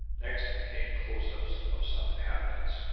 next came close-ups of some inhabitants.